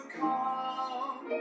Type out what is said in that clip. come